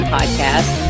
Podcast